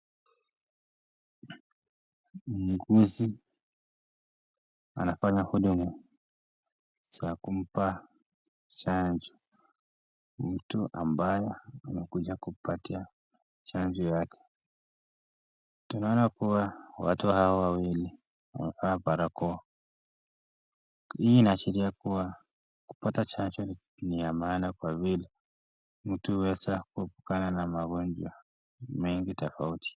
Muuguzi anafanya huduma za kumpa chanjo mtu ambaye anakuja kupatia chanjo yake. Tunaona kuwa watu hawa wawili wamevaa barakoa. Hii inaashiria kuwa kuoata chanjo ni ya maana kabisa kwa mwili. Mtu huweza kuepukana na magonjwa tofauti.